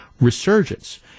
resurgence